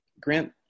Grant